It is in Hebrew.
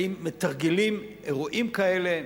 האם מתרגלים אירועים כאלה?